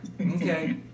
Okay